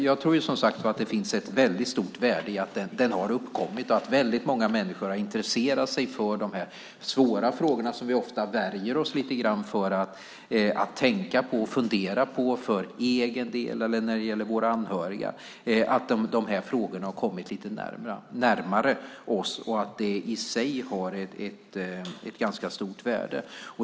Jag tror som sagt att det finns ett stort värde i att den har uppkommit och att många människor har intresserat sig för de här svåra frågorna, som vi ofta värjer oss lite grann mot att tänka och fundera på för egen del eller när det gäller våra anhöriga. Frågorna har nu kommit lite närmare oss, och det har i sig ett ganska stort värde.